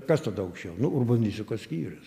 kas tada aukščiau nu urbanistikos skyrius